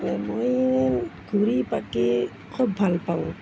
মই ঘূৰি পকি খুব ভাল পাওঁ